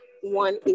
one